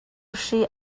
hri